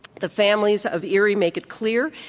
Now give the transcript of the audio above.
the families of eerie make it clear,